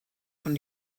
von